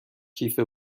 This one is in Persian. کیف